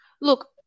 look